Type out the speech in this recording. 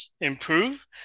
improve